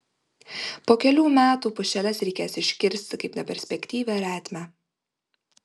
po kelių metų pušeles reikės iškirsti kaip neperspektyvią retmę